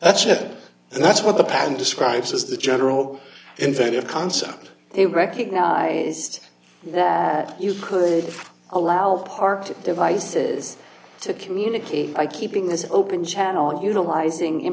that's it and that's what the plan describes as the general intent of concept they recognized that you could allow parked devices to communicate by keeping this open channel utilizing in